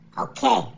Okay